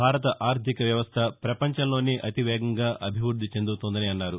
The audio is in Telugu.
భారత ఆర్దిక వ్యవస్థ ప్రపంచంలోనే అతివేగంగా అభివృద్ది చెందుతోందని అన్నారు